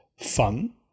Fun